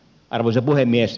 arvoisa puhemies